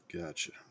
Gotcha